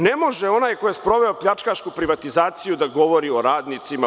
Ne može onaj ko je sproveo pljačkašku privatizaciju da govori o radnicima.